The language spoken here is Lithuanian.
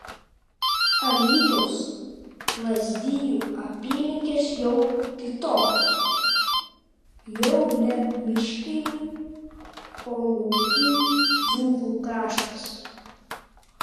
alytaus lazdijų apylinkės jau kitokios jau ne miškinių o laukų dzūkų kraštas